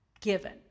given